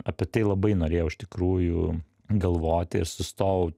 apie tai labai norėjau iš tikrųjų galvoti ir sustojau